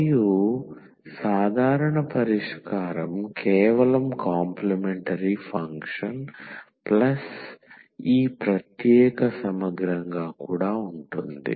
మరియు సాధారణ పరిష్కారం కేవలం కాంప్లీమెంటరీ ఫంక్షన్ ప్లస్ ఈ ప్రత్యేక సమగ్రంగా ఉంటుంది